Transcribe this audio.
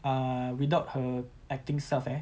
uh without her acting self eh